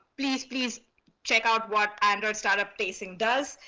please please check out what android startup tracing does.